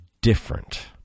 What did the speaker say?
different